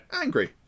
angry